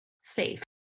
safe